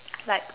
like